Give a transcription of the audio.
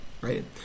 right